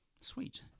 Sweet